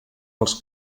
als